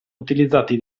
utilizzati